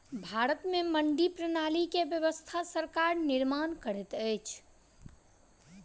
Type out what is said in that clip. भारत में मंडी प्रणाली के व्यवस्था सरकार निर्माण करैत अछि